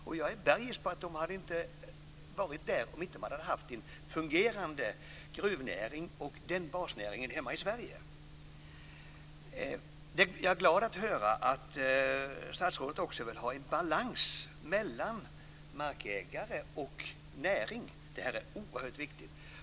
Och jag är säker på att man inte hade varit där om man inte hade haft en fungerande gruvnäring hemma i Sverige. Jag är glad att höra att statsrådet också vill ha en balans mellan markägare och näring. Detta är oerhört viktigt.